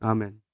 Amen